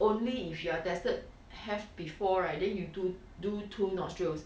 only if you are tested have before right then you do do two nostrils